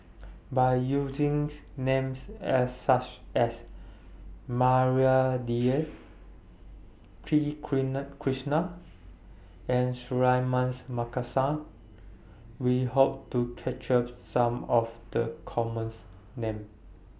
By using Names such as Maria Dyer P Krishnan and Suratman Markasan We Hope to capture Some of The Common Names